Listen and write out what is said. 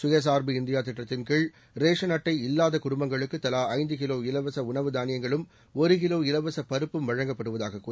சுயசார்பு இந்தியாதிட்டத்தின் கீழ் ரேஷன் அட்டை இல்லாதகுடும்பங்களுக்குத் தலாஐந்துகிலோ இலவசஉணவு தானியங்களும் ஒருகிலோ இலவசபருப்பும் வழங்கப்படுவதாககூறினார்